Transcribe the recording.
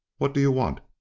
what do you want?